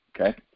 okay